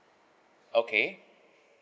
okay